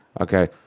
Okay